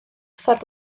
ffordd